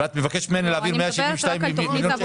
ומבקשת להעביר 172 מיליון?